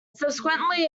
subsequently